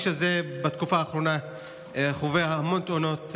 בתקופה האחרונה הכביש הזה חווה המון תאונות,